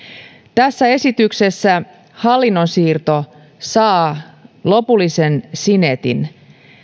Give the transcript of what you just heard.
tässä esityksessä hallinnon siirto saa lopullisen sinetin